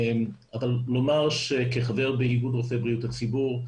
אבל לומר שכחבר באיגוד רופאי בריאות הציבור,